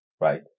right